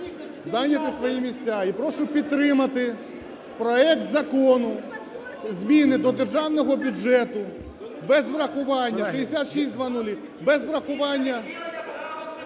зайняти свої місця і прошу підтримати проект Закону: зміни до державного бюджету без врахування